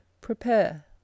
prepare